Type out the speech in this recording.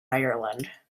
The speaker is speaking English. ireland